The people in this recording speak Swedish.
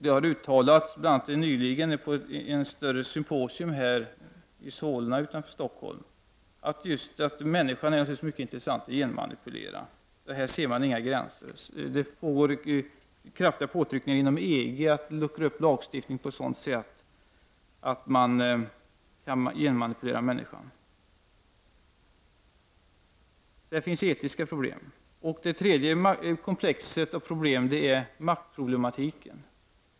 Det har uttalats bl.a. nyligen i ett större symposium i Solna utanför Stockholm att människan är mycket intressant att genmanipulera. Här ser man inga gränser. Det pågår kraftiga påtryckningar inom EG att luckra upp lagstiftning på ett sådant sätt att man kan genmanipulera människor. Så det finns etiska problem. Det tredje komplexet är maktproblematiken.